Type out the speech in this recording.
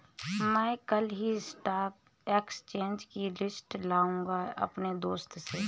मै कल की stock exchange की लिस्ट लाऊंगा अपने दोस्त से